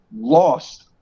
lost